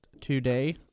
today